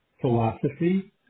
philosophy